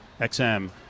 xm